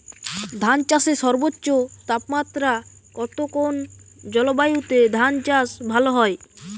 ধান চাষে সর্বোচ্চ তাপমাত্রা কত কোন জলবায়ুতে ধান চাষ ভালো হয়?